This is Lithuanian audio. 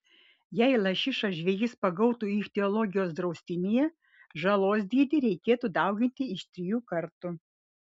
jei lašišą žvejys pagautų ichtiologijos draustinyje žalos dydį reikėtų dauginti iš trijų kartų